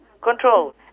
control